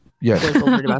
Yes